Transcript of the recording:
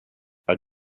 are